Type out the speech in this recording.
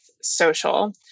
social